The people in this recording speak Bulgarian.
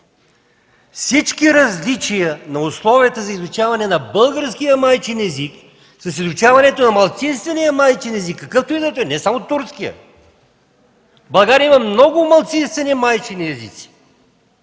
Всички различия на условията на изучаване на българския майчин език с изучаването на малцинствения майчин език, какъвто и да е той, не само турския, защото в България има много малцинствени майчини езици,